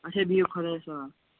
اچھا بِہِو خۄدایَس حَوال